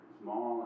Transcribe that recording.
small